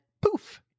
poof